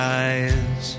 eyes